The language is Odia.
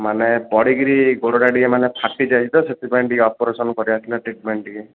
ମାନେ ପଡ଼ିକିରି ଗୋଡ଼ଟା ଟିକେ ମାନେ ଫାଟି ଯାଇଛି ତ ସେଥିପାଇଁ ଟିକେ ଅପରେସନ୍ କରିବାର ଥିଲା ଟ୍ରିଟମେଣ୍ଟ ଟିକେ